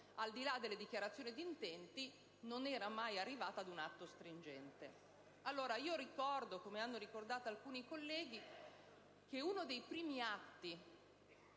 al di là delle dichiarazioni di intenti, non era mai arrivato ad un atto stringente. Ricordo, come hanno fatto alcuni colleghi, che uno dei primi atti